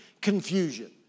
confusion